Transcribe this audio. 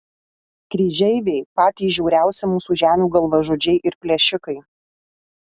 kryžeiviai patys žiauriausi mūsų žemių galvažudžiai ir plėšikai